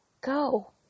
go